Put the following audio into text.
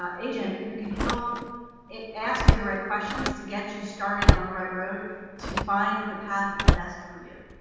ah agent who can help ask you the right questions to get you started on the right road to find the path that's best for you,